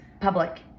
public